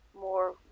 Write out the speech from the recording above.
more